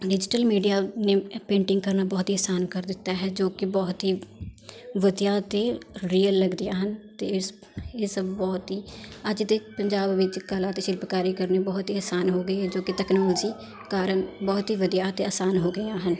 digital media ਨੇ painting ਕਰਨਾ ਬਹੁਤ ਹੀ ਆਸਾਨ ਕਰ ਦਿੱਤਾ ਹੈ ਜੋ ਕਿ ਬਹੁਤ ਹੀ ਵਧੀਆ ਅਤੇ ਰੀਅਲ ਲੱਗਦੀਆਂ ਹਨ ਅਤੇ ਇਸ ਇਸ ਬਹੁਤ ਹੀ ਅੱਜ ਦੇ ਪੰਜਾਬ ਵਿੱਚ ਕਲਾ ਅਤੇ ਸ਼ਿਲਪਕਾਰੀ ਕਰਨੀ ਬਹੁਤ ਹੀ ਆਸਾਨ ਹੋ ਗਈ ਹੈ ਜੋ ਕਿ ਤਕਨੋਲੋਜੀ ਕਾਰਨ ਬਹੁਤ ਹੀ ਵਧੀਆ ਅਤੇ ਆਸਾਨ ਹੋ ਗਈਆਂ ਹਨ